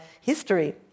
history